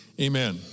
amen